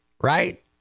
right